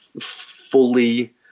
fully